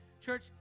church